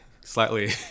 slightly